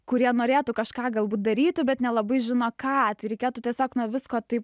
kurie norėtų kažką galbūt daryti bet nelabai žino ką tai reikėtų tiesiog nuo visko taip